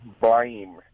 blame